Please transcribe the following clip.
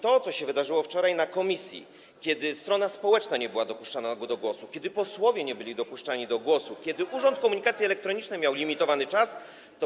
To, co wydarzyło się wczoraj w komisji, kiedy strona społeczna nie była dopuszczona do głosu, kiedy posłowie nie byli dopuszczani do głosu, kiedy Urząd Komunikacji Elektronicznej miał limitowany czas na zabranie głosu.